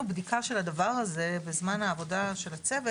בדיקה של הדבר הזה בזמן העבודה של הצוות,